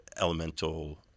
Elemental